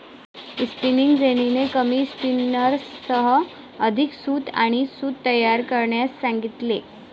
spinning जेनीने कमी स्पिनर्ससह अधिक सूत आणि सूत तयार करण्यास सांगितले